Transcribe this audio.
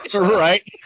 right